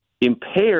impaired